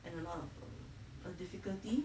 and a lot of um a difficulty